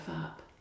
up